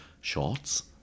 shorts